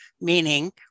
meaning